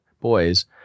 boys